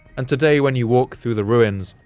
and today when you walk through the ruins,